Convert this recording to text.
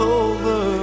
over